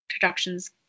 productions